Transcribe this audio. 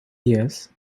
years